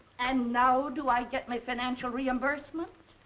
and now, do i get my financial reimbursement?